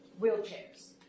wheelchairs